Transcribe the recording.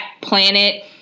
Planet